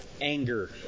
anger